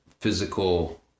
physical